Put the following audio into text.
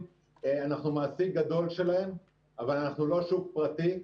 אנחנו מעסיק גדול שלהם, אבל אנחנו לא שוק פרטי.